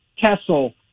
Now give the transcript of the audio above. Kessel